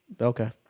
okay